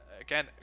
again